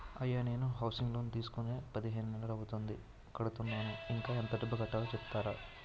అయ్యా నేను housing loan తీసుకొని పదిహేను నెలలు అవుతోందిఎంత కడుతున్నాను, ఇంకా ఎంత డబ్బు కట్టలో చెప్తారా?